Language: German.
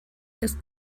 ist